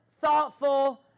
thoughtful